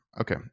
Okay